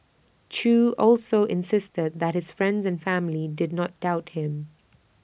chew also insisted that his friends and family did not doubt him